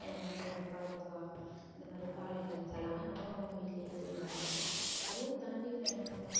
இவங்க வந்து பால் கோவா இந்த மாதிரி பால் ஐட்டம்ஸ் எல்லாம் அவங்கவங்க வீட்லேயே செய்வாங்க அதையும் தாண்டி ஃபேமஸான ஃபுட்